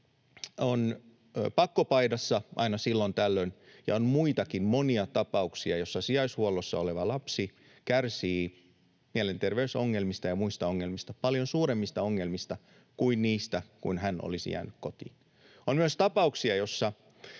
on pakkopaidassa aina silloin tällöin. On monia muitakin tapauksia, joissa sijaishuollossa oleva lapsi kärsii mielenterveysongelmista ja muista ongelmista — paljon suuremmista ongelmista kuin niistä, jos hän olisi jäänyt kotiin. On myös tapauksia, joissa